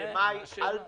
שבמאי אל תבואו.